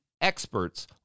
experts